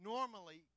Normally